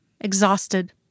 exhausted